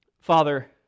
Father